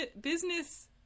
business